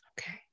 Okay